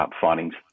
findings